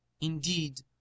Indeed